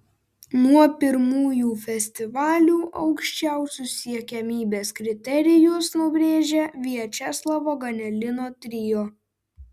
nuo pirmųjų festivalių aukščiausius siekiamybės kriterijus nubrėžė viačeslavo ganelino trio